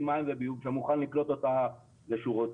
מים וביוב שמוכן לקלוט אותה לשורותיו,